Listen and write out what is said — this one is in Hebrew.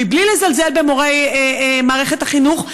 מבלי לזלזל במורים במערכת החינוך,